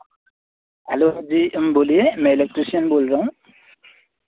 hello जी ma'am बोलिए मैं इलेक्ट्रिशयन बोल रहा हूँ